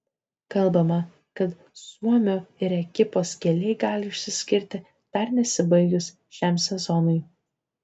kalbama kad suomio ir ekipos keliai gali išsiskirti dar nesibaigus šiam sezonui